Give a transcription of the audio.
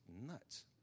nuts